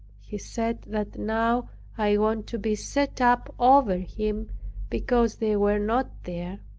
he said that now i wanted to be set up over him because they were not there.